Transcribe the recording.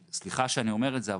וסליחה שאני אומר את זה,